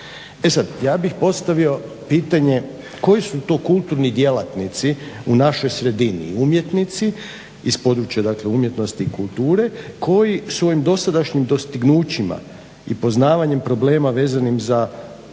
E sada, ja bih postavio pitanje, koji su to kulturni djelatnici u našoj sredini umjetnici iz područja umjetnosti i kulture koji svojim dosadašnjim dostignućima i poznavanjem problema vezanim za